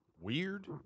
Weird